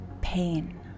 pain